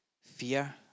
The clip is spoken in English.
fear